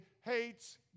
hates